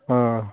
अह